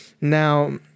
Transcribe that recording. Now